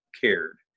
cared